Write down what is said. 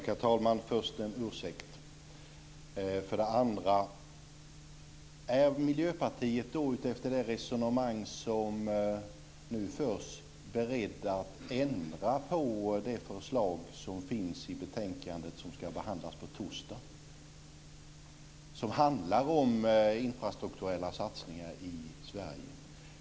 Herr talman! För det första vill jag framföra en ursäkt. För det andra undrar jag om ni i Miljöpartiet efter det resonemang som nu förs är beredda att ändra på det förslag i det betänkande som ska behandlas på torsdag som handlar om infrastrukturella satsningar i Sverige.